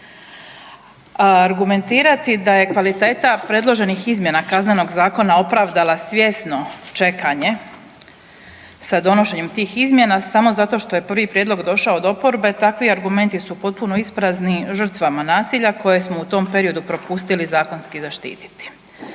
argumentirati da je kvaliteta predloženih izmjena Kaznenog zakona opravdala svjesno čekanje sa donošenjem tih izmjena samo zato što je prvi prijedlog došao od oporbe takvi argumenti su potpuno isprazni žrtvama nasilja koje smo u tom periodu propustili zakonski zaštititi.